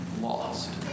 Lost